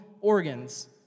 organs